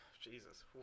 Jesus